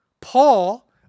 Paul